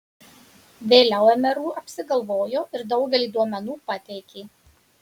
vėliau mru apsigalvojo ir daugelį duomenų pateikė